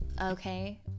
okay